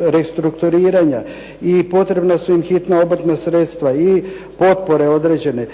restrukturiranja i potrebna su im hitna obrtna sredstva i potpore određene.